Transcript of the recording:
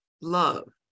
love